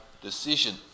decision